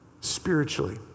Spiritually